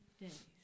days